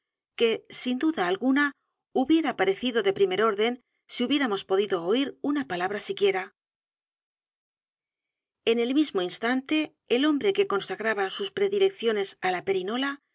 que sin duda alguna hubiera parecido de primer orden si hubiéramos podido oir una palabra siquiera e n el mismo instante el hombre que consagraba sus predilecciones á la perinola